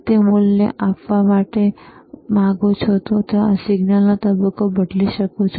તમે જે મૂલ્ય આપવા માંગો છો તે આપીને તમે સિગ્નલનો તબક્કો બદલી શકો છો